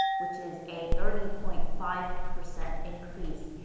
which is a thirty point five percent increase.